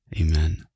Amen